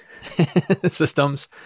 systems